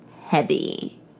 Heavy